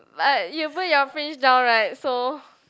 but you put your fringe down [right] so